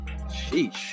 sheesh